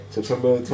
September